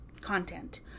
content